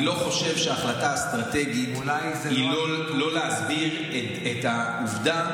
אני לא חושב שההחלטה האסטרטגית היא לא להסביר את העובדה